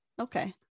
Okay